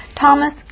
Thomas